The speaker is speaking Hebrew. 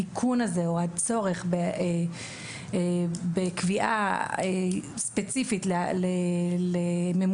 התיקון הזה או הצורך בקביעה ספציפית לממונה